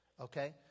Okay